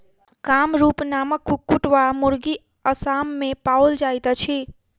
कामरूप नामक कुक्कुट वा मुर्गी असाम मे पाओल जाइत अछि